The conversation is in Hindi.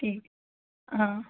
ठीक हाँ